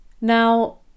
Now